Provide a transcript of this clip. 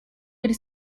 per